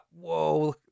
whoa